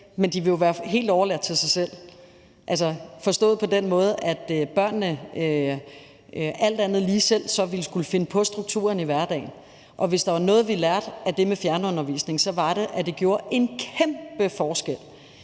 men de vil jo være helt overladt til sig selv, forstået på den måde, at børnene alt andet lige selv ville skulle finde på en struktur i hverdagen, og hvis der var noget, vi lærte af det med fjernundervisning, så var det, at det gjorde en kæmpe forskel,